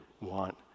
want